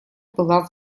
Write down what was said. была